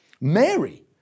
Mary